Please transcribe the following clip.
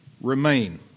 remain